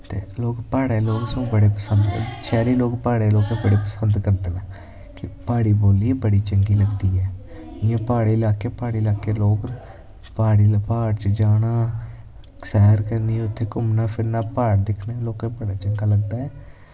ते लोक प्हाड़ै दे लोग शैह्री लोग प्हाड़ै दे लोग बड़ी पसंद करदे नै के प्हाड़ी बोल्ली बड़ी चंगी लगदी ऐ जियां प्हाड़ी लहाकै प्हाड़ी लोक प्हाड़ी प्हाड़ च जाना सैर करनी उत्थें घूमना फिरना प्हाड़ दिक्खने लोकें बड़ा चंगी लगदा ऐ